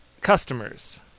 customers